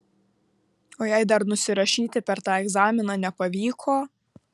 o jei dar nusirašyti per tą egzaminą nepavyko